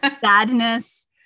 sadness